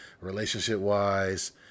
relationship-wise